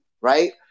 right